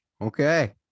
okay